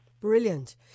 Brilliant